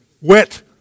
Wet